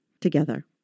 together